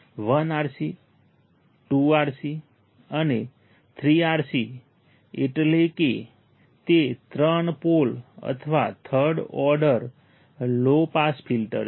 1 RC 2 RC અને 3 RC એટલે કે તે ત્રણ પોલ અથવા third order low pass filter છે